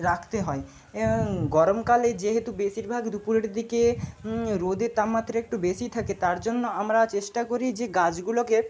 রাখতে হয় গরমকালে যেহেতু বেশিরভাগ দুপুরের দিকে রোদের তাপমাত্রা একটু বেশি থাকে তার জন্য আমরা চেষ্টা করি যে গাছগুলোকে